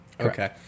Okay